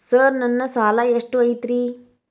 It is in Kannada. ಸರ್ ನನ್ನ ಸಾಲಾ ಎಷ್ಟು ಐತ್ರಿ?